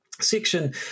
section